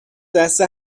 دست